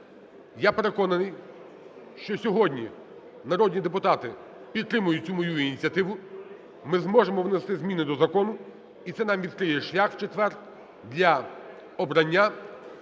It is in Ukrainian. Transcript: Я переконаний, що сьогодні народні депутати підтримають цю мою ініціативу, ми зможемо внести зміни до закону, і це нам відкриє шлях в четвер для обрання